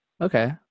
okay